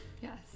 Yes